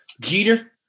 Jeter